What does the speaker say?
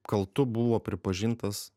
kaltu buvo pripažintas